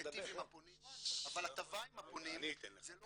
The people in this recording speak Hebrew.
מעוניין להיטיב עם הפונים אבל הטבה עם הפונים זה לא